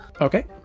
Okay